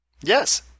Yes